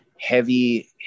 heavy